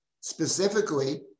specifically